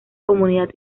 comunidad